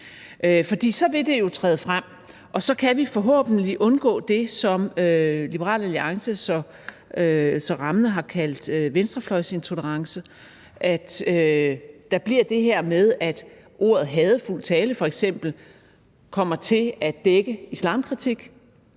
For så vil det jo træde frem, og så kan vi forhåbentlig undgå det, som Liberal Alliance så rammende har kaldt venstrefløjsintolerance, altså at der bliver det her med, at ordene hadefuld tale f.eks. kommer til at dække islamkritik,